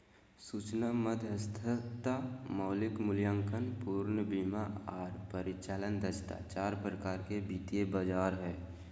सूचना मध्यस्थता, मौलिक मूल्यांकन, पूर्ण बीमा आर परिचालन दक्षता चार प्रकार के वित्तीय बाजार हय